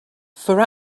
for